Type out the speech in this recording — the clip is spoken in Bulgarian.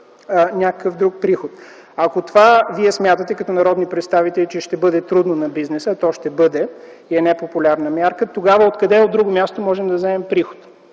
някакъв друг приход. Ако това вие като народни представители смятате, че ще бъде трудно на бизнеса, а то ще бъде трудно и е непопулярна мярка, тогава откъде от друго място можем да вземем приход?